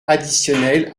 additionnel